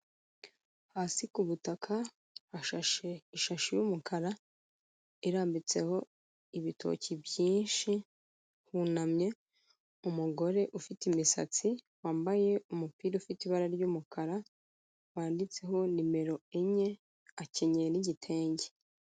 Hasi ku butaka, hashashe ishashi y'umukara, irambitseho ibitoki byinshi, hunamye umugore ufite imisatsi, wambaye umupira ufite ibara ry'umukara, wanditseho nimero enye, akenyeye n'igitenge.